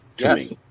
Yes